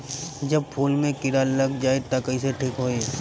जब फूल मे किरा लग जाई त कइसे ठिक होई?